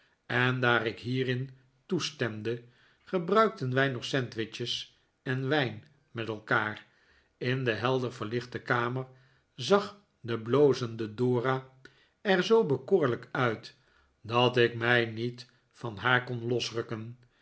en daar ik hierin toestemde gebruikten wij nog sandwiches en wijn met elkaar in de helder verlichte kamer zag de blozendedora er zoo bekoorlijk uit dat ik mij niet van haar kon losrukken